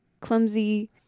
Clumsy